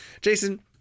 Jason